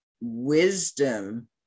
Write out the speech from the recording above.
wisdom